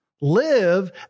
Live